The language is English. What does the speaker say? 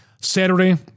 Saturday